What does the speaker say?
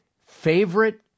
favorite